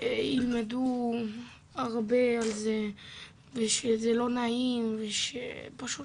ילמדו הרבה על זה ושזה לא נעים ושפשוט